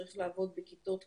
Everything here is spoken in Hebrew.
צריך לעבוד בכיתות קטנות,